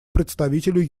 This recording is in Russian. представителю